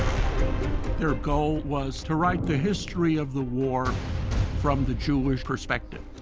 their goal was to write the history of the war from the jewish perspective.